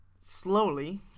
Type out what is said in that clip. slowly